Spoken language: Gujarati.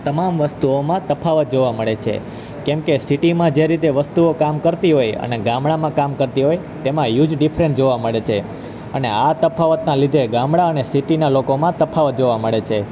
તમામ વસ્તુઓમાં તફાવત જોવા મળે છે કેમકે સિટીમાં જે રીતે વસ્તુઓ કામ કરતી હોય અને ગામળામાં કામ કરતી હોય તેમાં હ્યુજ ડિફરન્સ જોવા મળે છે અને આ તફાવતના લીધે ગામડા અને સિટીના લોકોમાં તફાવત જોવા મળે છે